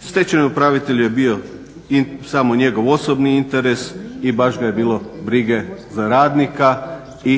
Stečajni upravitelj je bio samo njegov osobni interes i baš ga je bilo briga za radnika i